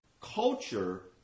culture